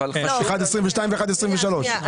אחד ל-2022 ואחד ל-2023.